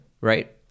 right